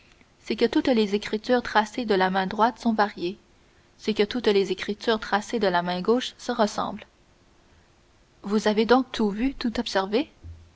c'est que toutes les écritures tracées de la main droite sont variées c'est que toutes les écritures tracées de la main gauche se ressemblent vous avez donc tout vu tout observé